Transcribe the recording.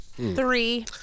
Three